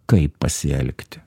kaip pasielgti